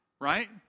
right